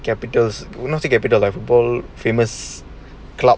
capitals we don't say capital lah all the famous club